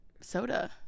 soda